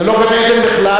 זה לא גן-עדן בכלל,